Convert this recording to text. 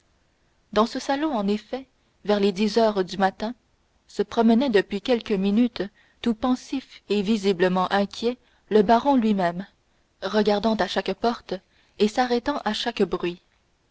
dans ce salon en effet vers les dix heures du matin se promenait depuis quelques minutes tout pensif et visiblement inquiet le baron lui-même regardant à chaque porte et s'arrêtant à chaque bruit